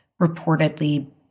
reportedly